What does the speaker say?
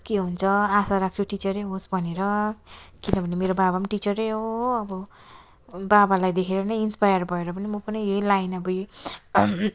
के हुन्छ आशा राख्छु टिचरै होस् भनेर किनभने मेरो बाबा पनि टिचरै हो हो अब बाबालाई देखेर नै इन्स्पायर भएर पनि म पनि यही लाइन गएँ अब यही